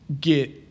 get